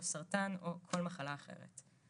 או סרטן או כל מחלה אחרת.